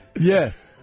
Yes